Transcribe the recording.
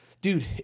dude